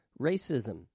racism